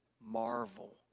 marvel